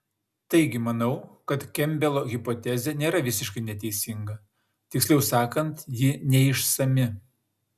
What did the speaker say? taigi manau kad kempbelo hipotezė nėra visiškai neteisinga tiksliau sakant ji neišsami